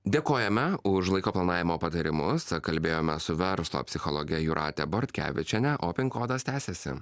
dėkojame už laiko planavimo patarimus kalbėjome su verslo psichologe jūrate bortkevičiene o kodas tęsiasi